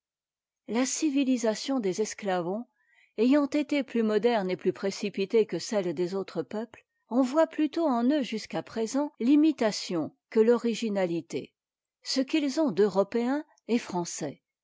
la civilisation des esclavons ayant été plus moderne et plus précipitée que celle des autres peuples on voit plutôt en eux jusqu'à présent l'imitation que l'originalité ce qu'ils ont d'européen est français